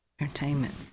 entertainment